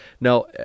Now